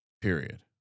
Period